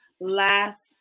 last